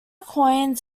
coins